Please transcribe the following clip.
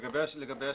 לגבי השטח.